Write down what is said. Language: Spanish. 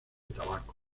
tabaco